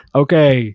okay